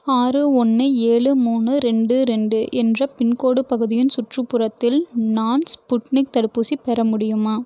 ஆறு ஒன்று ஏழு மூணு ரெண்டு ரெண்டு என்ற பின்கோடு பகுதியின் சுற்றுப்புறத்தில் நான் ஸ்புட்னிக் தடுப்பூசி பெற முடியுமா